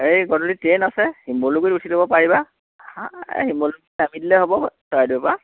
এই গধূলি ট্ৰেইন আছে শিমলুগুৰিত উঠি দিব পাৰিবা শিমলুগুৰিত নামি দিলে হ'ব চৰাইদেউৰ পৰা